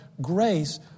grace